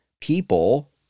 people